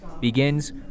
begins